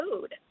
food